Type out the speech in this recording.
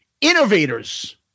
innovators